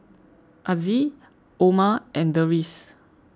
Aziz Omar and Deris